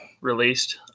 released